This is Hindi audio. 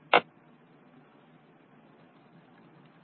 डाई न्यूक्लियोटाइड का नंबरn 1 होगा